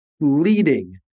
leading